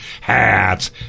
hats